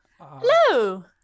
Hello